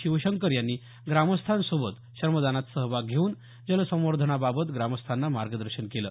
शिवशंकर यांनी ग्रामस्थांसोबत श्रमदानात सहभाग घेवून जल संवर्धनाबाबत ग्रामस्थांना मार्गदर्शन केलं